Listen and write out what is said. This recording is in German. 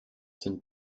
sind